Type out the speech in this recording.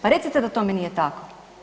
Pa recite da tome nije tako?